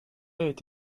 est